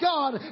God